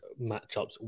matchups